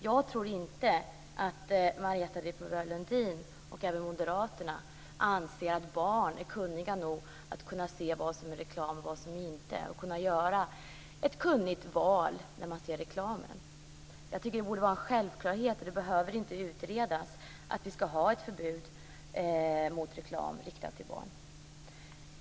Jag tror inte att Marietta de Pourbaix-Lundin och moderaterna anser att barn är kunniga nog att se vad som är reklam, vad som inte är det och kunniga nog att göra ett val efter ha de har sett reklam. Jag tycker att det borde vara en självklarhet - och det behöver inte utredas - att vi skall ha ett förbud mot reklam riktad till barn.